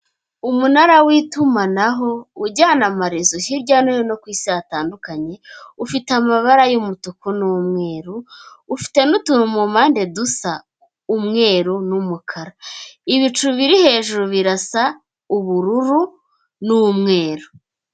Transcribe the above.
Umunara w'itumanaho ujyana amarezo hirya no hino ku isi hatandukanye, ufite amabara y'umutuku n'umweru, ufite n'utuntu mu mpande dusa umweru n'umukara. Ibicu biri hejuru birasa ubururu n'umweru.